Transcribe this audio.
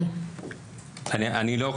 אני מבינה,